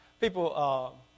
people